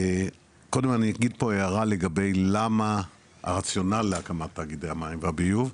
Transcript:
קודם אני אגיד פה הערה למה הרציונל להקמת תאגידי המים והביוב,